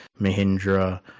Mahindra